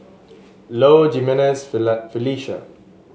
Low Jimenez Felicia